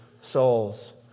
souls